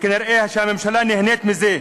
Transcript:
וכנראה הממשלה נהנית מזה,